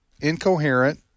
incoherent